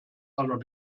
aller